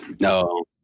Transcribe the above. no